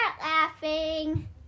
laughing